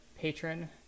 patron